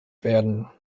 werden